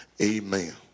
Amen